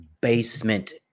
basement